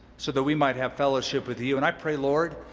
so that we might have fellowship with you. and i pray, lord,